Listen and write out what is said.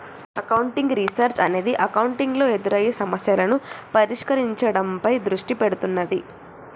accounting research అనేది accounting లో ఎదురయ్యే సమస్యలను పరిష్కరించడంపై దృష్టి పెడుతున్నాది